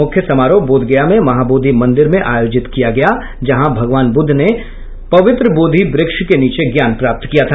मुख्य समारोह बोधगया में महाबोधि मंदिर में आयोजित किया गया है जहां भगवान बूद्ध ने पवित्र बोधि व्रक्ष के नीचे ज्ञान प्राप्त किया था